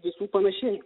visų panašiai